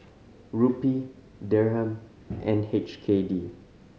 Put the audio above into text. Rupee Dirham and H K D